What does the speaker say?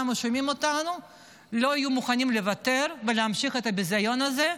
ושומעים אותנו לא היו מוכנים לוותר ולהמשיך את הביזיון הזה,